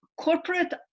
Corporate